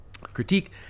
critique